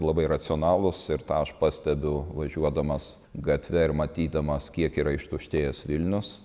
labai racionalūs ir tą aš pastebiu važiuodamas gatve ir matydamas kiek yra ištuštėjęs vilnius